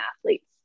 athletes